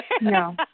No